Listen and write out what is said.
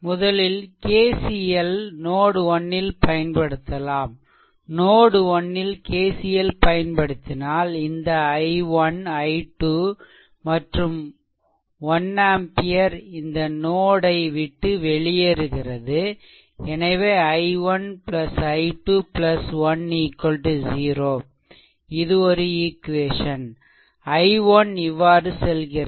முதலில் KCL note 1 ல் பயன்படுத்தலாம் நோட் 1 ல் KCL பயன்படுத்தினால் இந்த i1 i 2 மற்றும் 1 ஆம்பியர் இந்த நோட் ஐ விட்டுவெளியேறுகிறது எனவே i1 i 2 1 0 இது ஒரு ஈக்வேசன் i1 இவ்வாறு செல்கிறது i1 v1 v3 0